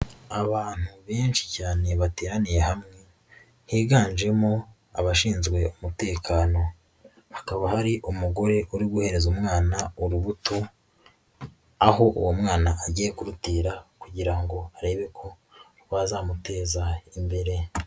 Abantu benshi cyane bateraniye hamwe higanjemo abashinzwe umutekano, hakaba hari umugore uri guhereza umwana urubuto aho uwo mwana agiye kurutera kugira ngo arebe ko rwazamuteza imbere.